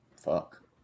Fuck